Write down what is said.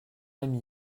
ami